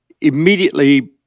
immediately